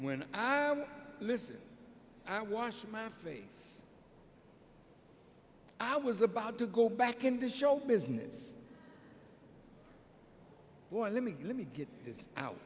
when i listen i washed my face i was about to go back into show business or let me let me get